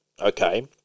okay